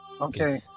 Okay